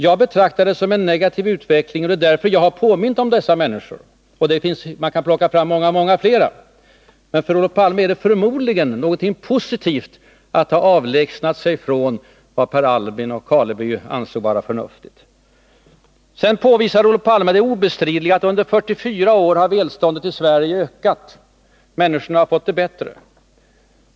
Jag betraktar det som en negativ utveckling, och det är därför som jag har påmint om dessa människor — och man skulle kunna plocka fram många, många fler exempel. Men för Olof Palme är det förmodligen någonting positivt att ha avlägsnat sig från vad Per Albin och Karleby ansåg vara förnuftigt. Sedan påvisar Olof Palme det obestridliga faktum att välståndet i Sverige har ökat under 44 år och att människorna har fått det bättre.